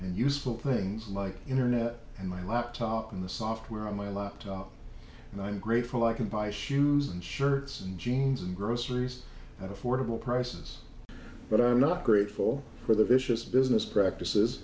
useful things like internet and my laptop and the software on my laptop and i'm grateful i can buy shoes and shirts and jeans and groceries and affordable prices but i'm not grateful for the vicious business practices